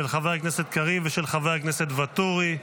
של חבר הכנסת קריב ושל חבר הכנסת ואטורי.